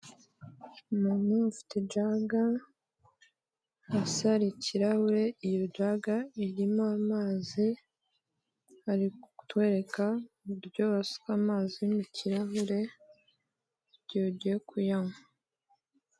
Umuntu ufite ijaga, hasi hari ikirahure. Iyo jaga irimo amazi aratwereka uburyo basuka amazi mu kirahure bagiye kuyanywa.